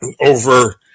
over –